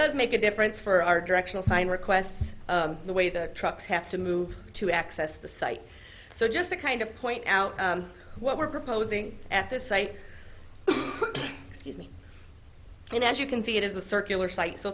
does make a difference for our directional sign requests the way the trucks have to move to access the site so just to kind of point out what we're proposing at this site excuse me and as you can see it is a circular site so